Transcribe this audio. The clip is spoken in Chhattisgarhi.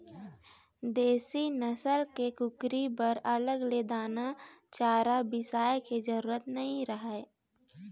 देसी नसल के कुकरी बर अलग ले दाना चारा बिसाए के जरूरत नइ रहय